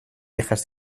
viejas